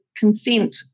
Consent